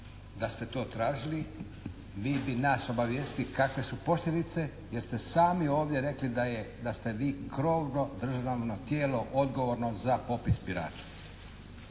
Da ste to tražili vi bi nas obavijestili kakve su posljedice jer ste sami ovdje rekli da je, da ste vi krovno državno tijelo odgovorno za popis birača.